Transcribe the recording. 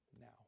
now